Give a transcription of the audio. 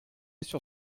sur